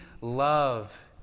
love